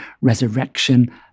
resurrection